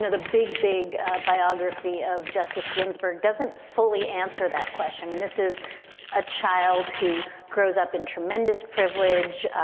ah the big, big ah biography of justice ginsburg doesn't fully answer that question. i mean, this is a child who grows up in tremendous privilege,